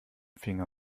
finger